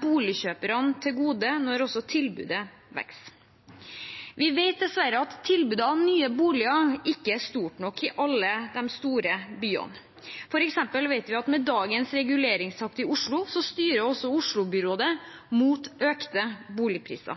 boligkjøperne til gode, når også tilbudet vokser. Vi vet dessverre at tilbudet av nye boliger ikke er stort nok i alle de store byene. For eksempel vet vi at med dagens reguleringstakt i Oslo styrer også Oslo-byrådet mot økte boligpriser.